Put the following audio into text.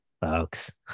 folks